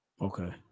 Okay